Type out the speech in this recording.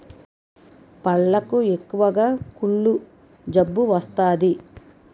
పళ్లకు ఎక్కువగా కుళ్ళు జబ్బు వస్తాది